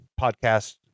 podcast